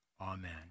Amen